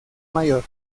mayor